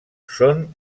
són